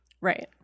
Right